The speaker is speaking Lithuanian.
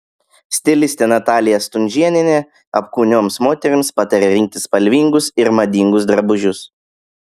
stilistė natalija stunžėnienė apkūnioms moterims pataria rinktis spalvingus ir madingus drabužius